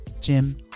Jim